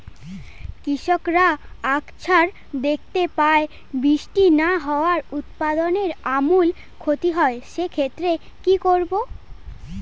কৃষকরা আকছার দেখতে পায় বৃষ্টি না হওয়ায় উৎপাদনের আমূল ক্ষতি হয়, সে ক্ষেত্রে কি করব?